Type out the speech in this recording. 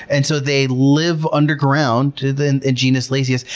and so they live underground, the and and genus lasius,